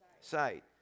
sight